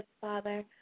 Father